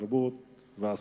התרבות והספורט.